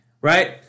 Right